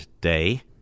day